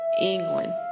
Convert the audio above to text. England